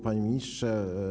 Panie Ministrze!